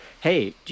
hey